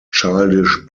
childish